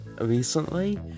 recently